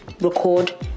record